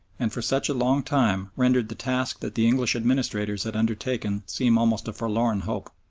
and for such a long time rendered the task that the english administrators had undertaken seem almost a forlorn hope.